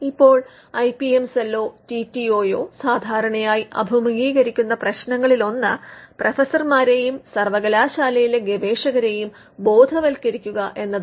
ഇപ്പോൾ I P M സെല്ലോ T T ഒയോ സാധാരണയായി അഭിമുഖീകരിക്കുന്ന പ്രശ്നങ്ങളിലൊന്ന് പ്രൊഫസർമാരെയും സർവകലാശാലയിലെ ഗവേഷകരെയും ബോധവത്കരിക്കുക എന്നതാണ്